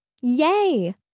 Yay